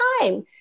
time